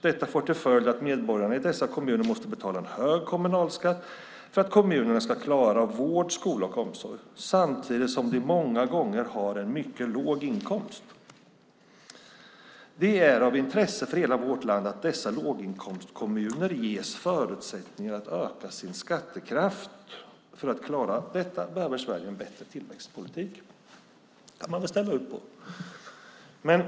Detta får till följd att medborgarna i dessa kommuner måste betala en hög kommunalskatt för att kommunerna ska klara vård, skola och omsorg, samtidigt som de många gånger har en mycket låg inkomst. Det är av intresse för hela vårt land att dessa låginkomstkommuner ges förutsättningar att öka sin skattekraft. För att klara detta behöver Sverige en bättre tillväxtpolitik. Det kan man väl ställa upp på.